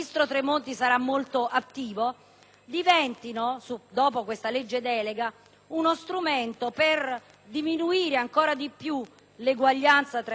diventino dopo questa legge delega uno strumento per diminuire ancora di più l'eguaglianza tra i territori, per aumentare i divari